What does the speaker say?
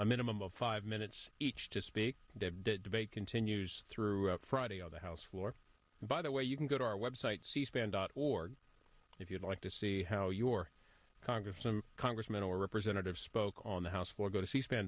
a minimum of five minutes each to speak the debate continues throughout friday on the house floor by the way you can go to our website c span dot org if you'd like to see how your congressman congressman or representative spoke on the house floor go to c span